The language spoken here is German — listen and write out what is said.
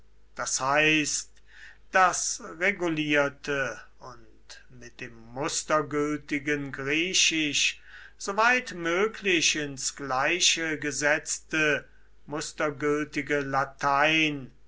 das heißt das regulierte und mit dem mustergültigen griechisch soweit möglich ins gleiche gesetzte mustergültige latein